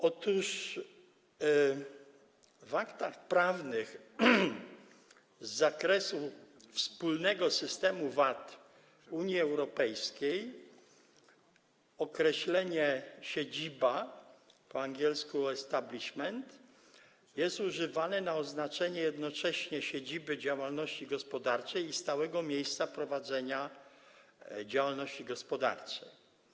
Otóż w aktach prawnych z zakresu wspólnego systemu VAT Unii Europejskiej określenie „siedziba”, po angielsku „establishment”, jest używane na oznaczenie jednocześnie siedziby działalności gospodarczej i stałego miejsca prowadzenia działalności gospodarczej.